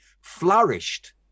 flourished